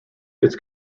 its